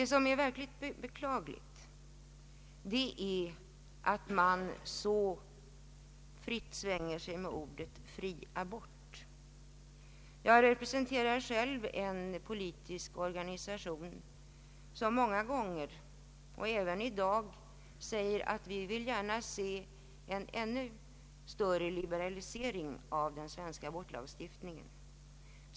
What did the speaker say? Det som är verkligt beklagligt är att man så fritt svänger sig med uttrycket fri abort. Jag representerar själv en politisk organisation som många gånger sagt och även i dag säger att man gärna ser en ännu större liberalisering av den svenska abortlagstiftningen.